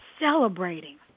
celebrating